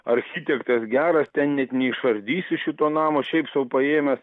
architektas geras ten net neišardysi šito namo šiaip sau paėmęs